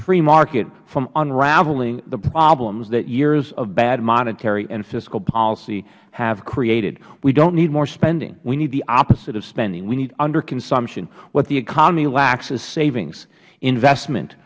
free market from unraveling the problems that years of bad monetary and fiscal policy have created we don't need more spending we need the opposite of spending we need under consumption what the economy lacks is savings investment